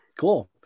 Cool